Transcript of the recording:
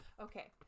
Okay